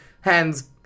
hands